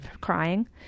crying